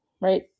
right